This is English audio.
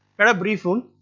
and a brief rule.